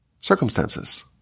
circumstances